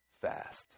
fast